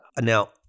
now